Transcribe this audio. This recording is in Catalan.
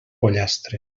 pollastre